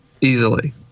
easily